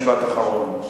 משפט אחרון.